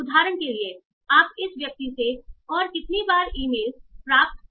उदाहरण के लिए आप इस व्यक्ति से और कितनी बार ईमेल प्राप्त कर रहे हैं